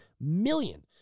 million